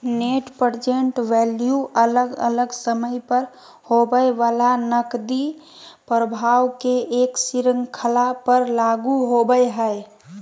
net present value अलग अलग समय पर होवय वला नकदी प्रवाह के एक श्रृंखला पर लागू होवय हई